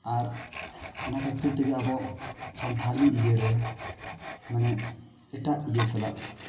ᱟᱨ ᱚᱱᱟ ᱠᱷᱟᱹᱛᱤᱨ ᱛᱮᱜᱮ ᱟᱵᱚ ᱥᱟᱱᱛᱷᱟᱞᱤ ᱤᱭᱟᱹᱨᱮ ᱢᱟᱱᱮ ᱮᱴᱟᱜ ᱤᱭᱟᱹᱥᱟᱞᱟᱜ